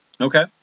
Okay